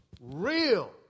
real